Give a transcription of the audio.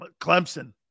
clemson